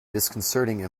disconcerting